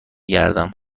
گردم